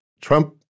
Trump